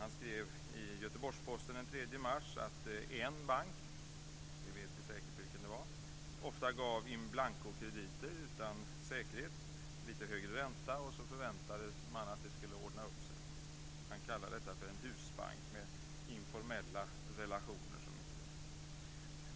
Han skrev i Göteborgs-Posten den 3 mars att en bank - vi vet säkert vilken det var - ofta gav in blanco-krediter utan säkerhet men till lite högre ränta och så förväntade man sig att det skulle ordna upp sig. Han kallade detta en husbank med informella relationer.